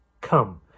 Come